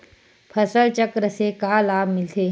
फसल चक्र से का लाभ मिलथे?